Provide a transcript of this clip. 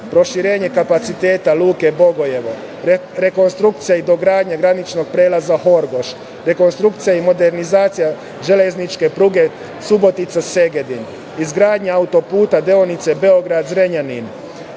proširenje kapaciteta luke Bogojevo, rekonstrukcija i dogradnja graničnog prelaza Horgoš, rekonstrukcija i modernizacija železničke pruge Subotica – Segedin, izgradnja auto-puta deonice Beograd – Zrenjanin,